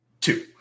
Two